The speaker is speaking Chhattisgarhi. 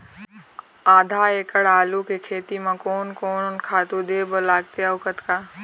आधा एकड़ आलू के खेती म कोन कोन खातू दे बर लगथे अऊ कतका?